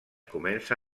comença